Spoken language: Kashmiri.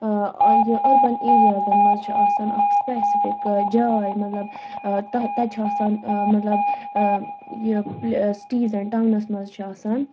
ٲں یہِ أربَن ایرِیازَن مَنٛز چھِ آسان اَکھ سٕپٮ۪سِفِک جاے مطلب تَتہِ چھُ آسان مطلب یہِ سِٹیٖز اینڈ ٹاونَس مَنٛز چھُ آسان